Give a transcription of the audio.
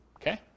Okay